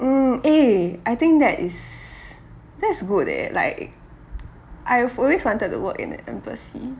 mm eh I think that is that's good eh like I've always wanted to work in an embassy